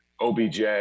OBJ